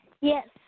Yes